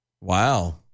Wow